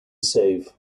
save